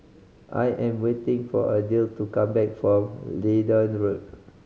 I am waiting for Adell to come back from Leedon Road